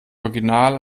original